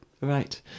right